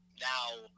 Now